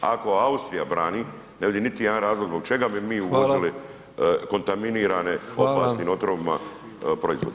Ako Austrija brani ne vidim niti jedan razlog zbog čega bi mi uvozili kontaminirane opasnim otrovima proizvode.